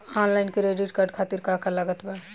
Online credit card खातिर का का लागत बा?